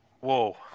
whoa